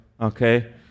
okay